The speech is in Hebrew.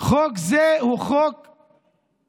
חוק זה הוא חוק אנטי-חוקתי.